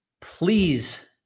please